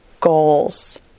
goals